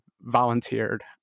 volunteered